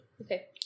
Okay